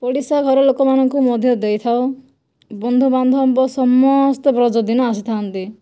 ପଡ଼ିଶା ଘର ଲୋକମାନଙ୍କୁ ମଧ୍ୟ ଦେଇଥାଉ ବନ୍ଧୁବାନ୍ଧବ ସମସ୍ତେ ରଜ ଦିନ ଆସିଥାନ୍ତି